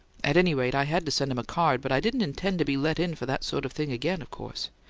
at any rate, i had to send him a card but i didn't intend to be let in for that sort of thing again, of course.